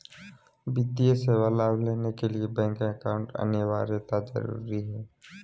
वित्तीय सेवा का लाभ लेने के लिए बैंक अकाउंट अनिवार्यता जरूरी है?